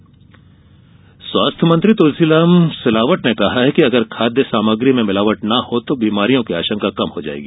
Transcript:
स्वास्थ्य मंत्री स्वास्थ्य मंत्री तुलसीराम सिलावट ने कहा है कि अगर खाद्य सामग्री में भिलावट न हो तो बीमारियों की आशंका कम हो जाएगी